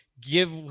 give